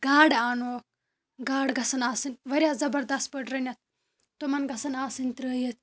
گاڈٕ اَنوہوکھ گاڈٕ گژھن آسٕںۍ واریاہ زَبَردَس پٲٹھۍ رٔنِتھ تِمَن گژھن آسٕنۍ ترٛٲیِتھ